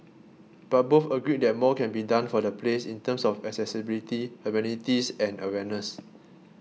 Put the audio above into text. but both agreed that more can be done for the place in terms of accessibility amenities and awareness